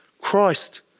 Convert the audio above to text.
Christ